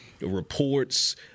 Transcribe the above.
reports